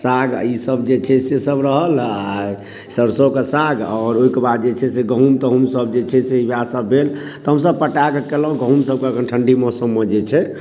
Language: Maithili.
साग आ ई सभ जे छै से सभ रहल आ सरसो के साग आओर ओहि के बाद से गहूॅंम तहुम सभ जे छै से वएह सभ भेल तऽ हमसभ पटै कऽ केलहुॅं गहूॅंम सभके ठण्डी मौसम मे जे छै